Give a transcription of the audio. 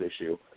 issue